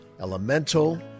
elemental